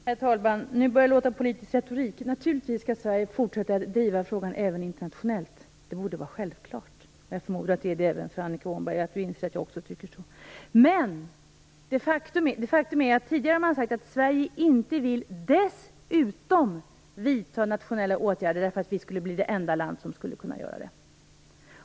Herr talman! Nu börjar det låta som politisk retorik. Sverige skall naturligtvis fortsätta att driva frågan även internationellt - det borde vara självklart. Jag förmodar att det är självklart även för Annika Åhnberg och att hon inser att jag också tycker det. Faktum är att man tidigare har sagt att Sverige inte vill dessutom vidta nationella åtgärder, därför att vi skulle bli det enda land som gjorde det.